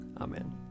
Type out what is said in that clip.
Amen